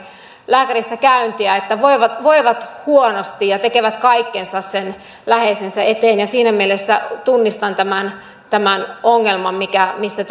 lääkärissäkäyntiä voivat voivat huonosti ja tekevät kaikkensa sen läheisensä eteen ja siinä mielessä tunnistan tämän tämän ongelman mistä